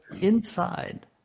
inside